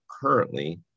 currently